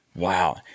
Wow